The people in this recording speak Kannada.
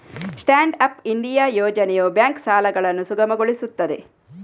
ಸ್ಟ್ಯಾಂಡ್ ಅಪ್ ಇಂಡಿಯಾ ಯೋಜನೆಯು ಬ್ಯಾಂಕ್ ಸಾಲಗಳನ್ನು ಸುಗಮಗೊಳಿಸುತ್ತದೆ